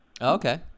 Okay